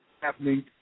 happening